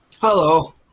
Hello